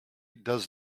does